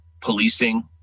policing